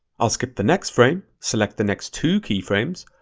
i'll skip the next frame, select the next two keyframes,